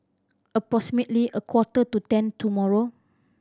approximately a quarter to ten tomorrow